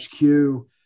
HQ